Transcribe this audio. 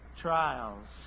trials